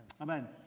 Amen